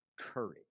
courage